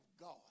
God